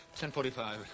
10.45